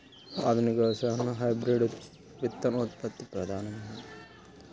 ఆధునిక వ్యవసాయంలో హైబ్రిడ్ విత్తనోత్పత్తి ప్రధానమైనది